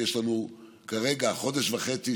ויש לנו כרגע חודש וחצי,